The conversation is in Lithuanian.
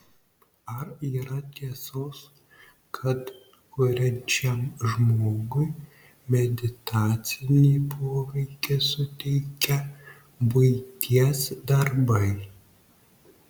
ar yra tiesos kad kuriančiam žmogui meditacinį poveikį suteikia buities darbai